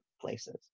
places